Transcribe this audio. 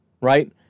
Right